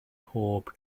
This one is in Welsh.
pob